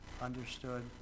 understood